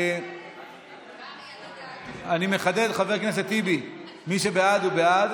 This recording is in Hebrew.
אני מחדד, חבר הכנסת טיבי: מי שבעד הוא בעד